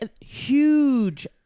Huge